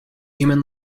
human